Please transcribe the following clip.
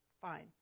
Fine